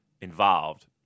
involved